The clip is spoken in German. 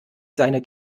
seine